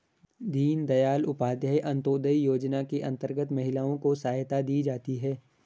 दीनदयाल उपाध्याय अंतोदय योजना के अंतर्गत महिलाओं को सहायता दी जाती है